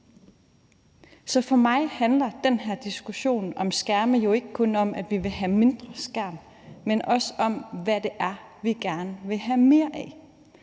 Så for mig handler den her diskussion om skærme jo ikke kun om, at vi vil have mindre skærm, men også om, hvad det er, vi gerne vil have mere af.